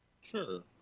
Sure